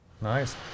Nice